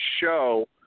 show